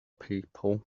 people